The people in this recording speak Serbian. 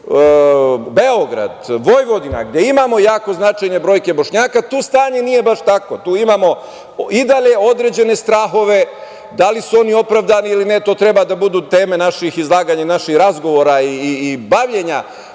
Beograd, Vojvodina, gde imamo jako značajne brojke Bošnjaka, tu stanje nije baš tako. Tu imamo i dalje određene strahove. Da li su oni opravdani ili ne, to treba da budu teme naših izlaganja i naših razgovora i bavljenja